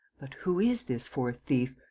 but who is this fourth thief?